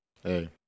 Hey